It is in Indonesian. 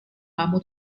kamu